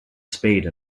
spade